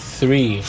three